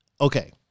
okay